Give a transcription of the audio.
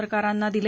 सरकारांना दिले